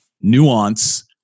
nuance